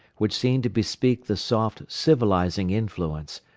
which seemed to bespeak the soft civilizing influence,